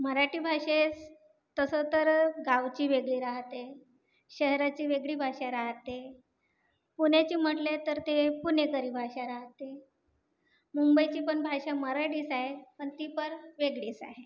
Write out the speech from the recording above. मराठी भाषेस तसं तर गावची वेगळी राहाते शहराची वेगळी भाषा राहते पुण्याची म्हटले तर ते पुणेकरी भाषा राहते मुंबईची पण भाषा मराठीच आहे पण ती पर वेगळीच आहे